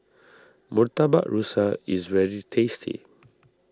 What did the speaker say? Murtabak Rusa is very tasty